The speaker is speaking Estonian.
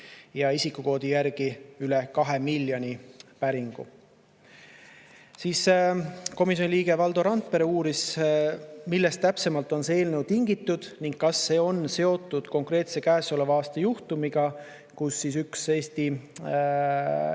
ja isikukoodi järgi üle kahe miljoni päringu. Komisjoni liige Valdo Randpere uuris, millest täpsemalt on see eelnõu tingitud ning kas see on seotud konkreetse käesoleva aasta juhtumiga, kus üks Eesti